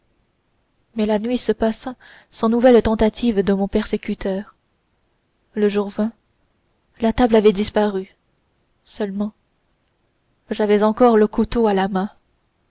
mais la nuit se passa sans nouvelle tentative de mon persécuteur le jour vint la table avait disparu seulement j'avais encore le couteau à la main